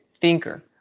thinker